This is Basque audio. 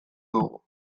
dugu